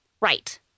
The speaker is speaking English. right